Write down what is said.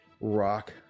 rock